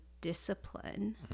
discipline